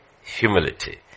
humility